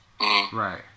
Right